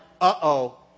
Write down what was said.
uh-oh